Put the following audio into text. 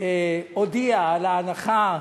הודיעה על ההנחה,